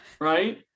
right